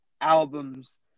Albums